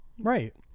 Right